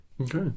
Okay